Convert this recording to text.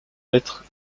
être